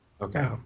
Okay